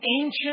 ancient